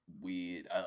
weird